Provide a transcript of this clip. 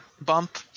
bump